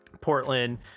Portland